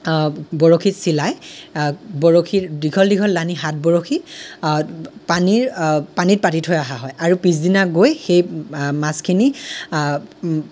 বৰশীত চিলাই বৰশীৰ দীঘল দীঘল লানি হাত বৰশী পানী পানীত পাতি থৈ অহা হয় আৰু পিছদিনা গৈ সেই মাছখিনি